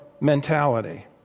mentality